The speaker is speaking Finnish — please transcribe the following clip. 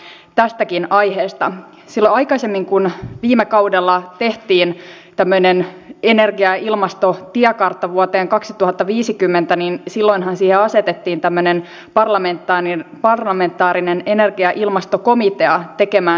ymmärrän että hallituksella on poliittinen tarve osoittaa kovuutta ja ajaa tiukkaa linjaa turvapaikkapolitiikan osalta mutta onko hallituksella kykyä tai halua ajatella niitä seurauksia mihin tällainen politikointi voi johtaa